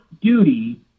duty